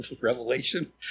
Revelation